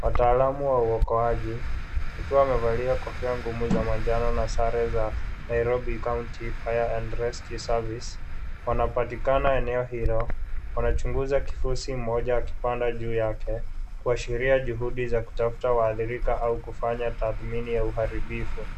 Wataalamu wa uokowaji wakiwa wamevalia kofia ngumu za manjano na sare za Nairobi County Fire and Rescue Service wanapatikana eneo hilo. Wanachunguza kifusi mmoja akipanda juu yake, kuashria juhudi za kutafuta watu waathirika au kufanya tathmini ya uharibifu.